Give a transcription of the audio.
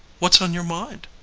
what's on your mind?